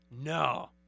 No